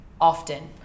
often